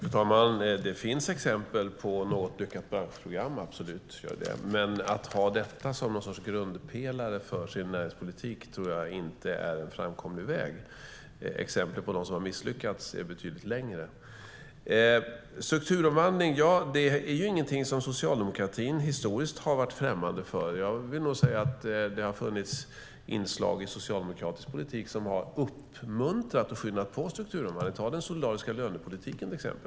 Fru talman! Det finns exempel på något lyckat branschprogram, men att ha detta som någon sorts grundpelare för sin näringspolitik tror jag inte är en framkomlig väg. Exemplen på dem som har misslyckats är betydligt fler. Strukturomvandling är ingenting som socialdemokratin historiskt har varit främmande för. Det har funnits inslag i socialdemokratisk politik som har uppmuntrat och skyndat på strukturomvandlingen. Man kan ta den solidariska lönepolitiken som exempel.